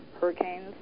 hurricanes